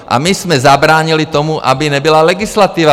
A my jsme zabránili tomu, aby nebyla legislativa.